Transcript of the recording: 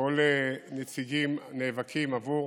כל הנציגים נאבקים עבור